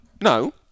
No